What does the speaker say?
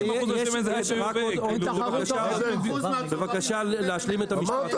50% מהשמן זית --- אני מבקש להשלים את המשפט.